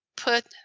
put